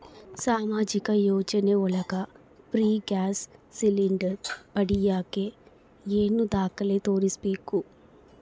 ಸಾಮಾಜಿಕ ಯೋಜನೆ ಒಳಗ ಫ್ರೇ ಗ್ಯಾಸ್ ಸಿಲಿಂಡರ್ ಪಡಿಯಾಕ ಏನು ದಾಖಲೆ ತೋರಿಸ್ಬೇಕು?